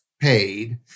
paid